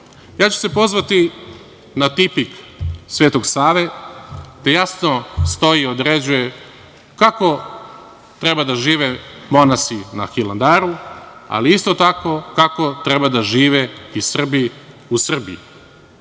se na tipik Svetog Save, gde jasno stoji i određuje kako treba da žive monasi na Hilandaru, ali isto tako kako treba da žive i Srbi u Srbiji,